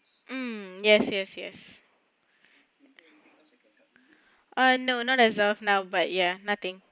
mm yes yes yes ah no not as of now but ya nothing